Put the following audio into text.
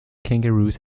kangaroos